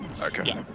Okay